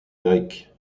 grecque